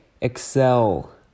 Excel